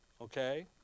Okay